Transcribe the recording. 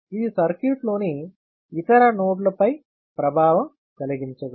ఇది సర్క్యూట్లోని ఇతర నోడ్లపై ప్రభావం కలిగించదు